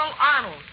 Arnold